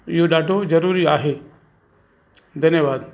इहो ॾाढो ज़रूरी आहे धन्यवादु